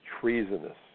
treasonous